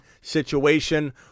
situation